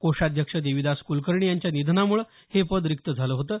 कोषाध्यक्ष देविदास कुलकर्णी यांच्या निधनामुळे हे पद रिक्त झालं होतं